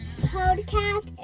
podcast